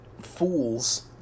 fools